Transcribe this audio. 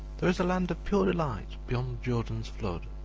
there is a land of pure delight, beyond the jordan's flood,